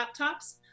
laptops